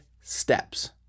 steps